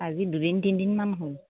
আজি দুদিন তিনিদিনমান হ'ল